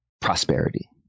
prosperity